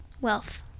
Wealth